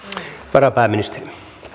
varapääministeri